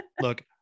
look